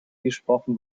gesprochen